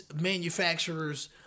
manufacturers